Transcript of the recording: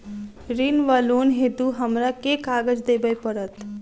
ऋण वा लोन हेतु हमरा केँ कागज देबै पड़त?